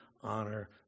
honor